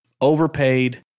overpaid